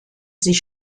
sich